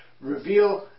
reveal